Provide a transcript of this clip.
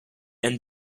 and